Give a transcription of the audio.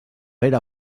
era